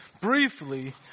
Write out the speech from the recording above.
briefly